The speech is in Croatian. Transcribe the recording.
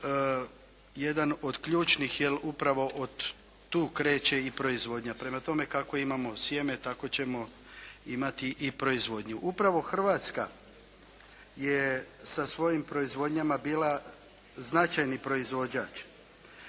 jedan od ključnih, jer upravo od tuda kreće i proizvodnja. Prema tome kako imamo sjeme tako ćemo imati i proizvodnju. Upravo Hrvatska je sa svojim proizvodnjama bila značajni proizvođač.